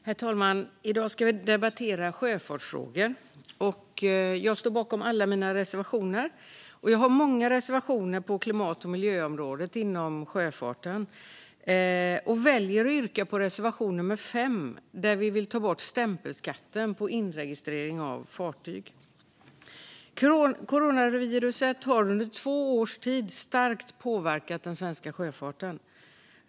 Herr talman! I dag ska vi debattera sjöfartsfrågor. Jag står bakom alla mina reservationer. Men jag har många reservationer på klimat och miljöområdet inom sjöfarten och väljer att yrka bifall endast till reservation nummer 5, där vi vill ta bort stämpelskatten på inregistrering av fartyg. Coronaviruset har under två års tid starkt påverkat den svenska sjöfarten.